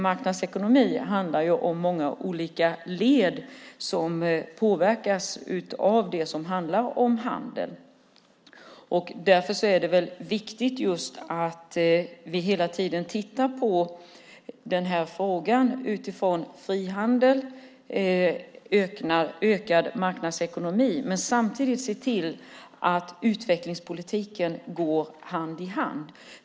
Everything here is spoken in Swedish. Marknadsekonomi handlar ju om många olika led som påverkas av det som handlar om handel. Därför är det viktigt just att vi hela tiden tittar på den här frågan utifrån frihandel och ökad marknadsekonomi och samtidigt ser till att utvecklingspolitiken går hand i hand.